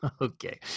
Okay